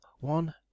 One